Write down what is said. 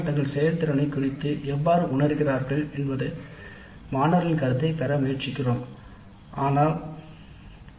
இங்கே நாம் மாணவர்களின் உணர்வைப் பெற முயற்சிக்கிறோம் அவர்கள் எப்படி உணருகிறார்கள்